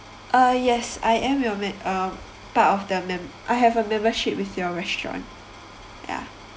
uh yes I am uh part of the mem~ I have a membership with your restaurant yeah